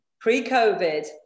Pre-COVID